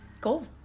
cool